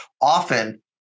often